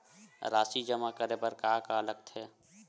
राशि जमा करे बर का का लगथे?